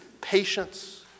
patience